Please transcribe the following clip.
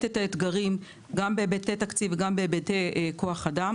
את האתגרים בהיבטי כוח אדם ותקציב.